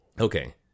Okay